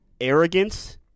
arrogance